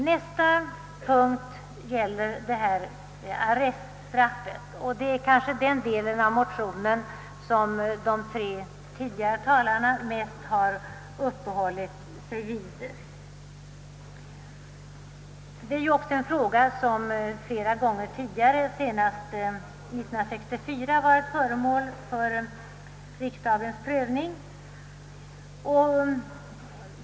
Nästa punkt gäller arreststraffet, och det är kanske den delen av motionen som de tre tidigare talarna mest har uppehållit sig vid. Denna fråga har flera gånger tidigare, senast 1964, varit föremål för riksdagens prövning.